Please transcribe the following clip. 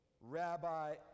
Rabbi